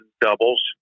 doubles